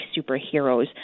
superheroes